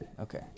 okay